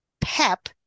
PEP